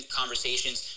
conversations